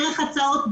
דרך הצעות,